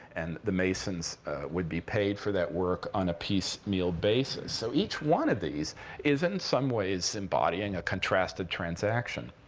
and the masons would be paid for that work on a piecemeal basis. so each one of these is, in some ways, embodying a contrasted transaction.